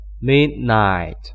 midnight